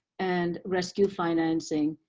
and rescue financing,